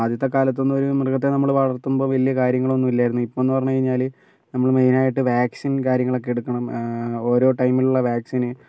ആദ്യത്തേ കാലത്തൊന്നും ഒരു മൃഗത്തെ നമ്മൾ വളർത്തുമ്പോൾ വലിയ കാര്യങ്ങളൊന്നും ഇല്ലായിരുന്നു ഇപ്പം എന്ന് പറഞ്ഞു കഴിഞ്ഞാൽ നമ്മൾ മെയിൻ ആയിട്ട് വാക്സിൻ കാര്യങ്ങളൊക്കേ എടുക്കണം ഓരോ ടൈമിൽ ഉള്ള വാക്സിൻ